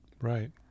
Right